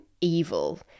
evil